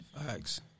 Facts